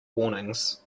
warnings